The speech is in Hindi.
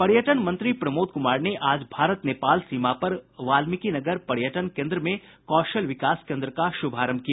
पर्यटन मंत्री प्रमोद कुमार ने आज भारत नेपाल सीमा पर बाल्मिकी नगर पर्यटन केन्द्र में कौशल विकास केन्द्र का शुभारंभ किया